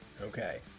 Okay